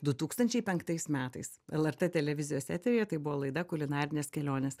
du tūkstančiai penktais metais lrt televizijos eteryje tai buvo laida kulinarinės kelionės